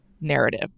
narrative